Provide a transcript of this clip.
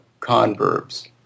converbs